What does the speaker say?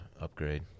upgrade